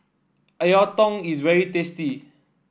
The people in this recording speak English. a Lontong is very tasty